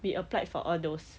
we applied for all those